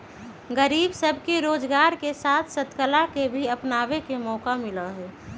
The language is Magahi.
गरीब सब के रोजगार के साथ साथ कला के भी अपनावे के मौका मिला हई